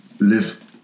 live